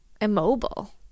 immobile